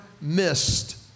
missed